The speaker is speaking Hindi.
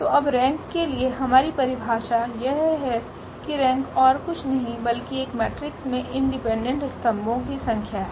तो अब रेंक के लिए हमारी परिभाषा यह है कि रेंक ओर कुछ नहीं बल्कि एक मेट्रिक्स में इंडिपेंडेंट स्तम्भो की संख्या है